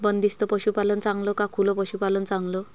बंदिस्त पशूपालन चांगलं का खुलं पशूपालन चांगलं?